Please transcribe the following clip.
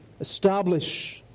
establish